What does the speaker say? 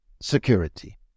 security